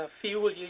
fuel